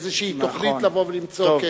איזושהי תוכנית לבוא ולמצוא.